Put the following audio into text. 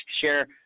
share